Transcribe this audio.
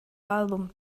album